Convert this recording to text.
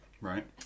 Right